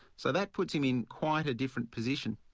so that puts him in quite a different position.